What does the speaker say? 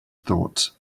thoughts